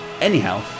Anyhow